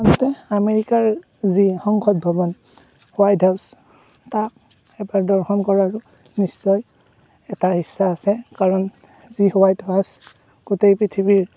আমেৰিকাৰ যি সংসদ ভৱন হোৱাইট হাউচ তাক এবাৰ দৰ্শন কৰাৰো নিশ্চয় এটা ইচ্ছা আছে কাৰণ যি হোৱাইট হাউচ গোটেই পৃথিৱীৰ